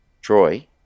Troy